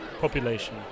population